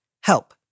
Help